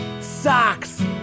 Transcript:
socks